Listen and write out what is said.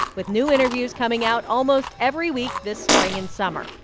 with new interviews coming out almost every week this spring and summer.